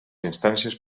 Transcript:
instàncies